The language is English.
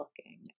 looking